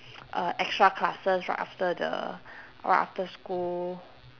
uh extra classes right after the right after school